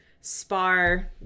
spar